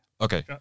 Okay